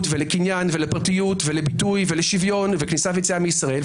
ולקניין ולפרטיות ולביטוי ולשוויון וליציאה וכניסה מישראל.